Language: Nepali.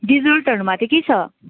डेजर्टहरूमा चाहिँ के छ